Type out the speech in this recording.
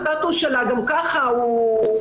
שהסטטוס שלה גם כך שפוף,